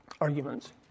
arguments